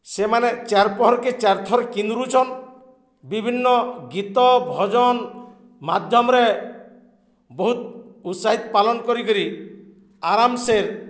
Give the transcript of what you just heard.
ସେମାନେ ଚାର୍ ପହରକେ ଚାର୍ ଥର କିନରୁୁଛନ୍ ବିଭିନ୍ନ ଗୀତ ଭଜନ ମାଧ୍ୟମରେ ବହୁତ ଉତ୍ସାହିତ ପାଳନ କରିକିରି ଆରାମସେ